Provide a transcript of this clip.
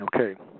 Okay